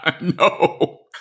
No